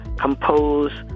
compose